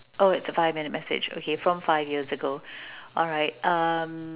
oh it's a five minute message okay from five years ago alright um